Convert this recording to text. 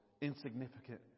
insignificant